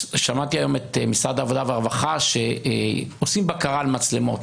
שמעתי היום את משרד העבודה והרווחה שעושים בקרה על מצלמות.